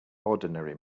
ordinary